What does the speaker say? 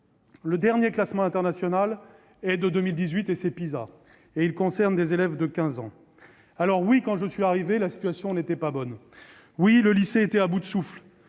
le dernier classement international date de 2018. Il émane du PISA et concerne des élèves de quinze ans. Oui, quand je suis arrivé, la situation n'était pas bonne ; oui, le lycée était à bout de souffle.